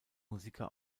musiker